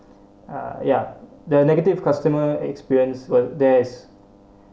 uh ya the negative customer experience were there's